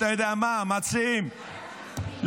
אתה יודע מה, מציעים לשנה,